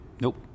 Nope